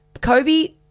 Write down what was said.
Kobe